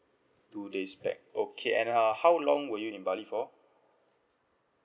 two days back okay and err how long were you in bali for